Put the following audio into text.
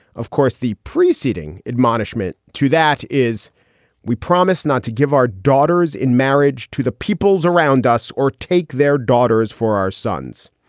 of course, the preceding admonishment to that is we promise not to give our daughters in marriage to the peoples around us or take their daughters for our sons.